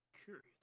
curious